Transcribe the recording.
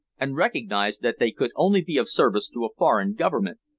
and recognized that they could only be of service to a foreign government.